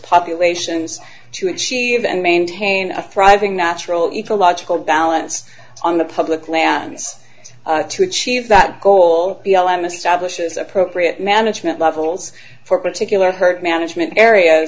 populations to achieve and maintain a thriving natural ecological balance on the public lands to achieve that goal b l m establishes appropriate management levels for particular herd management area